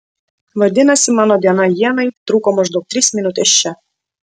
vadinasi mano diena ienai truko maždaug tris minutes čia